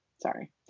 Sorry